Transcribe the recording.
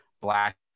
Black